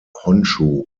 honshū